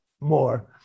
more